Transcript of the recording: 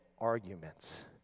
arguments